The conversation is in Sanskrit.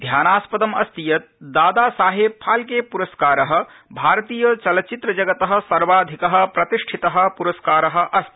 ध्यानास्पदम् अस्ति यत् दादा साहेब फाल्के पुरस्कार भारतीय चलचित्र जगत सर्वाधिक प्रतिष्ठित पुरस्कार अस्ति